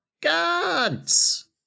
gods